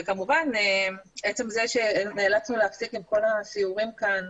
וכמובן עצם זה שנאלצנו להפסיק עם כל הסיורים כאן,